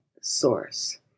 source